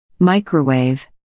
microwave